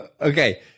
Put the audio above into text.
Okay